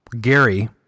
Gary